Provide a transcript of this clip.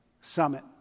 Summit